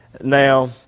Now